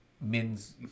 men's